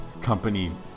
company